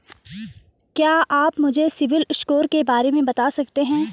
क्या आप मुझे सिबिल स्कोर के बारे में बता सकते हैं?